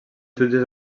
jutges